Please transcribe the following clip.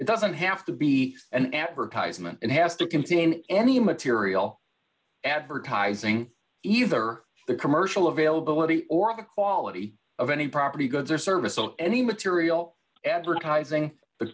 it doesn't have to be an advertisement it has to contain any material advertising either the commercial availability or the quality of any property goods or service or any material advertising the